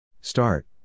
Start